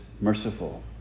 merciful